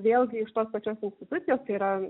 vėlgi iš tos pačios institucijos tai yra